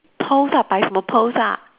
pose ah 摆什么 pose ah